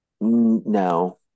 no